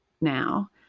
now